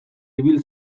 ibil